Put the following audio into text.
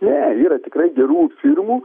ne yra tikrai gerų firmų